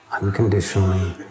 unconditionally